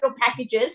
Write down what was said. packages